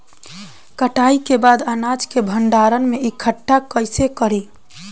कटाई के बाद अनाज के भंडारण में इकठ्ठा कइसे करी?